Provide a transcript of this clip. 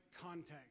context